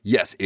Yes